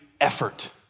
effort